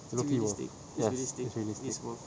it's a rookie work yes it's realistic